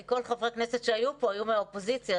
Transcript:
כי כל חברי הכנסת שהיו פה הם מן האופוזיציה,